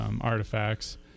artifacts